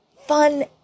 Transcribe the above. fun